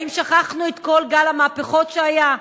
האם שכחנו את כל גל המהפכות שהיה?